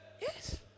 Yes